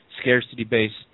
scarcity-based